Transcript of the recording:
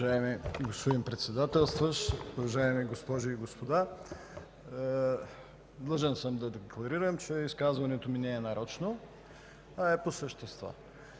Уважаеми господин Председател, уважаеми госпожи и господа! Длъжен съм да декларирам, че изказването ми не е нарочно, а е по същество.